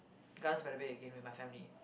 Gardens-by-the-Bay again with my family